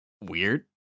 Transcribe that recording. weird